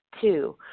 Two